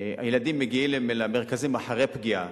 הילדים מגיעים למרכזים אחרי פגיעה,